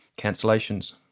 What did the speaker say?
cancellations